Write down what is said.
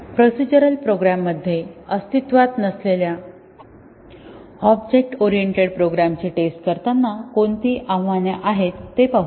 procedural program मध्ये अस्तित्वात नसलेल्या ऑब्जेक्ट ओरिएंटेड प्रोग्राम्सची टेस्ट करताना कोणती आव्हाने आहेत ते पाहूया